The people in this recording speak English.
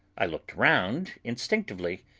i looked round instinctively,